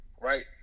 right